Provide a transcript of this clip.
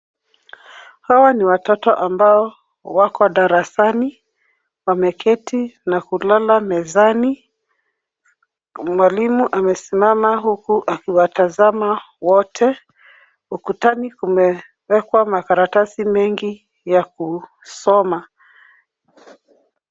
Hawa ni watoto ambao wako darasani, wameketi na kulala mezani. Mwalimu amesimama huku akiwatazama wote. Ukutani kumewekwa makaratasi mengi ya kusoma.